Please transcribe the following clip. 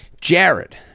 jared